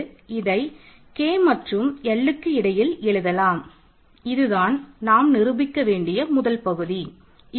இதை நிரூபிக்கலாம்